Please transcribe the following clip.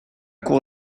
cour